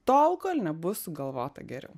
tol kol nebus sugalvota geriau